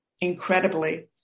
incredibly